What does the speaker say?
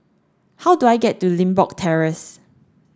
how do I get to Limbok Terrace